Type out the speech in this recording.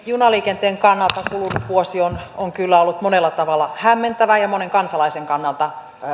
junaliikenteen kannalta kulunut vuosi on on kyllä ollut monella tavalla hämmentävä ja monen kansalaisen kannalta